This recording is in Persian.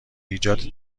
ایجاد